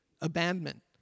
Abandonment